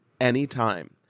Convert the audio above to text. anytime